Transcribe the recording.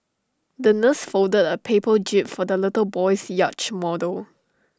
the nurse folded A paper jib for the little boy's yacht model